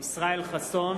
ישראל חסון,